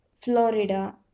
florida